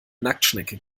nacktschnecke